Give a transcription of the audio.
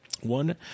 One